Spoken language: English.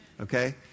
okay